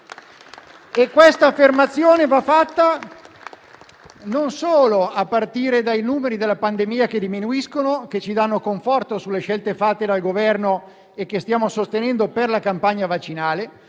Quest'affermazione va fatta non solo a partire dai numeri della pandemia, che diminuiscono e ci danno conforto sulle scelte fatte dal Governo, che stiamo sostenendo per la campagna vaccinale,